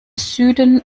süden